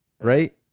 Right